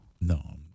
No